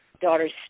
daughter's